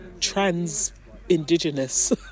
trans-indigenous